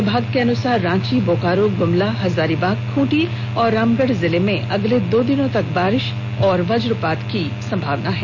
विभाग के अनुसार रांची बोकारो गुमला हजारीबाग खूंटी और रामगढ़ जिले में अगले दो दिनों तक बारिश और वज्रपात की संभावना है